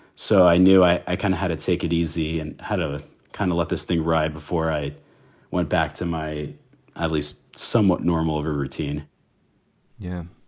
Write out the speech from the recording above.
so i knew i kind of had to take it easy and had a kind of let this thing ride. before i went back to my at least somewhat normal routine yeah.